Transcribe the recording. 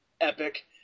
epic